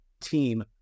team